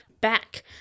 Back